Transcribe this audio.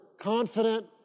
confident